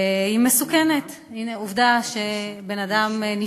והיא מסוכנת, עובדה שבן-אדם נפטר,